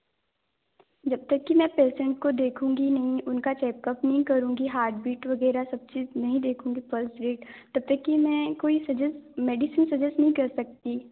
जब तक कि मैं पेशेंट को देखूँगी नहीं उनका चेकप नहीं करुँगी हार्ट बीट वगैरह सब चीज़ नहीं देखूँगी पल्स रेट तब तक कि मैं कोई सजेस्ट मेडिसिन सजेस्ट नहीं कर सकती